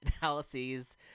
analyses